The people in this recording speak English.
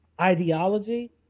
ideology